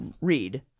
read